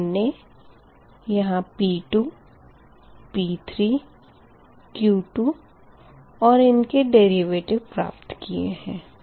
तो हमने यहाँ P2 P3 Q2 और इनके डेरिवेटिव प्राप्त किए है